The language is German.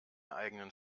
eigenen